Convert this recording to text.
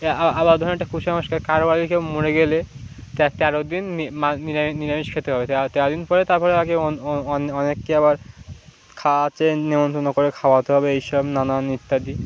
আবার ধরনের একটা কুসংস্কার কারো বাড়িকেও মরে গেলে তেরো দিন নিরামিষ খেতে হবে তেরো দিন পরে তারপরে আগে অনেককে আবার খাওয়াতে নিমন্ত্রণ করে খাওয়াতে হবে এইসব নানান ইত্যাদি